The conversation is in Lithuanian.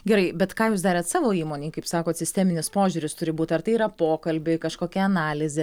gerai bet ką jūs darėt savo įmonėj kaip sakote sisteminis požiūris turi būt ar tai yra pokalbiai kažkokia analizė